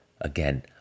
again